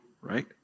right